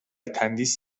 تندیس